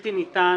בלתי ניתן